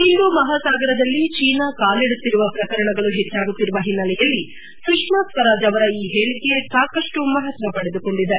ಹಿಂದೂ ಮಹಾಸಾಗರದಲ್ಲಿ ಚೀನಾ ಕಾಲಿಡುತ್ತಿರುವ ಪ್ರಕರಣಗಳು ಹೆಚ್ಚಾಗುತ್ತಿರುವ ಹಿನ್ನೆಲೆಯಲ್ಲಿ ಸುಷ್ಮಾ ಸ್ವರಾಜ್ ಅವರ ಈ ಹೇಳಿಕೆ ಸಾಕಷ್ಟು ಮಹತ್ವ ಪಡೆದುಕೊಂಡಿದೆ